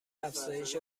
افزایش